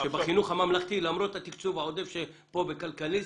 שבחינוך הממלכתי למרות התקצוב העודף שפה בכלכליסט,